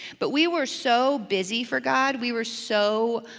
but we were so busy for god, we were so